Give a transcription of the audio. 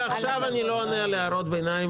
מעכשיו אני לא עונה להערות ביניים,